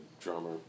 drummer